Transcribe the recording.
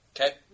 Okay